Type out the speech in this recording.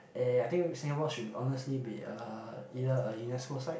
ya ya ya I think Singapore should honestly be a either a Unesco site